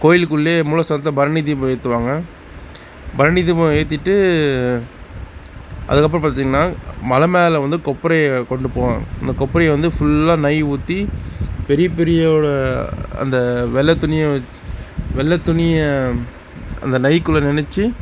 கோயிலுக்குள்ளே மூலஸ்தானத்தில் பரணி தீபம் ஏற்றுவாங்க பரணி தீபம் ஏற்றிட்டு அதுக்கப்புறம் பார்த்திங்கனா மலை மேல் வந்து கொப்பரையை கொண்டுபோவாங்க அந்த கொப்பரையை வந்து ஃபுல்லாக நெய் ஊற்றி பெரிய பெரியவோட அந்த வெள்ளைத்துணிய வெள்ளைத்துணிய அந்த நெய்க்குள்ளே நனைச்சு